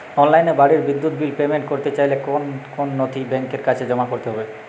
অনলাইনে বাড়ির বিদ্যুৎ বিল পেমেন্ট করতে চাইলে কোন কোন নথি ব্যাংকের কাছে জমা করতে হবে?